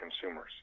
consumers